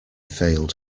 failed